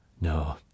No